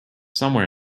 somewhere